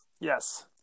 yes